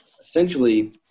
essentially